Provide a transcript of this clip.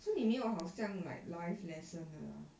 so 你没有好像 like live lesson 的啦